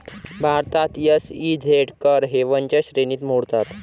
भारतात एस.ई.झेड कर हेवनच्या श्रेणीत मोडतात